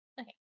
Okay